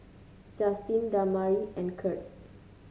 Justyn Damari and Kirt